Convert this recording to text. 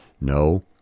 No